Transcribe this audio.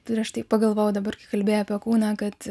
tai aš taip pagalvojau dabar kai kalbėjai apie kūną kad